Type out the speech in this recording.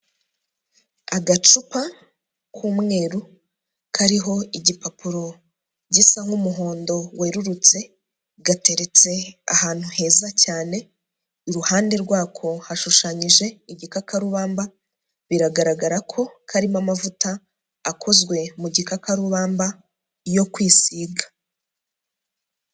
Agacupa k'umweru kariho igipapuro gisa nk'umuhondo werurutse, gateretse ahantu heza cyane, iruhande rwako hashushanyije igikakarubamba biragaragara ko karimo amavuta akozwe mu gikakarubamba yo kwisiga.